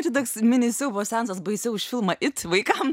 čia toks mini siaubo seansas baisiau už filmą it vaikam